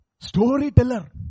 Storyteller